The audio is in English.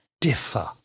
differ